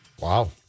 wow